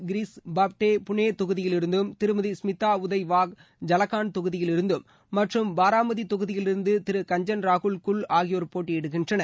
கிரிஷ் பப்பட் புனே தொகுதியிலிருந்தும் திருமதி ஸ்மிதா உதய் வாக் ஜலகான் தொகுதியிலிருந்தும் மற்றும் பாரமதி தொகுதியிலிருந்து திரு கஞ்சன் ராகுல் குல் ஆகியோர் போட்டியிடுகின்றனர்